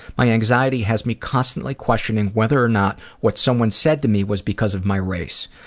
my anxiety has me constantly questioning whether or not what someone said to me was because of my race.